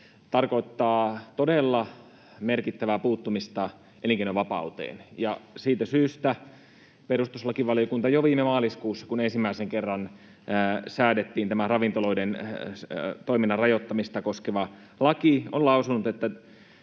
tarkoittaa todella merkittävää puuttumista elinkeinovapauteen, ja siitä syystä perustuslakivaliokunta jo viime maaliskuussa, kun ensimmäisen kerran säädettiin tämä ravintoloiden toiminnan rajoittamista koskeva laki, on lausunut, että